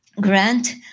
grant